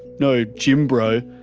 no gym bro,